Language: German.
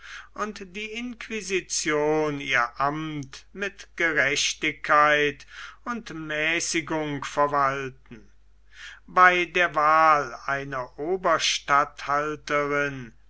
und die inquisition ihr amt mit gerechtigkeit und mäßigung verwalten bei der wahl einer